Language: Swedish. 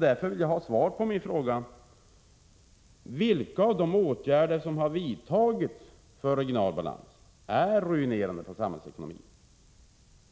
Därför vill jag ha svar på min fråga: Vilka av de åtgärder som har vidtagits för regional balans är ruinerande för samhällsekonomin?